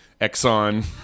Exxon